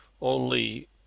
Only—